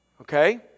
Okay